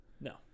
No